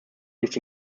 his